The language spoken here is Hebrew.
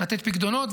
לתת פיקדונות.